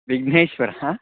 विघ्नेश्वरः